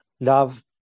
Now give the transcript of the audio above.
Love